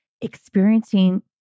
Experiencing